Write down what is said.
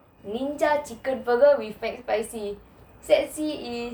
ninja chicken burger with McSpicy set C is